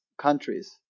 countries